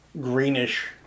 greenish